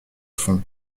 fond